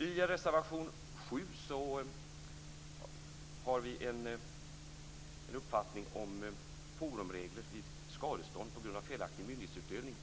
I reservation 7 har vi en uppfattning om forumregler vid skadestånd på grund av felaktig myndighetsutövning.